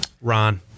Ron